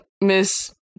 Miss